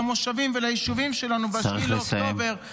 למושבים וליישובים שלנו ב-7 באוקטובר -- צריך לסיים.